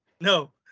No